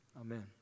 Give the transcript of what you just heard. amen